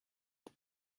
that